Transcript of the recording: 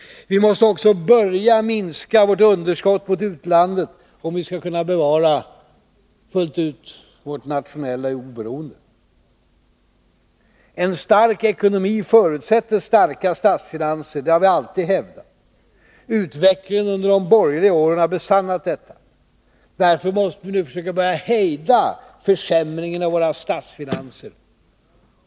Vi måste också börja minska vårt underskott mot utlandet, om vi fullt ut skall kunna bevara vårt nationella oberoende. En stark ekonomi förutsätter starka statsfinanser, det har vi alltid hävdat. Utvecklingen under de borgerliga åren har besannat detta. Därför måste vi nu försöka att börja hejda försämringen av våra statsfinanser.